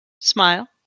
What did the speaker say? smile